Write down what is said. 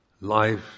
Life